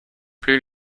plus